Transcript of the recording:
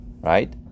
right